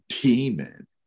demon